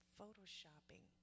Photoshopping